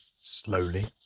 Slowly